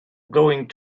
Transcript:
going